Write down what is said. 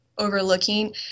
overlooking